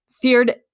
Feared